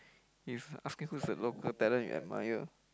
he's asking who is the local talent you admire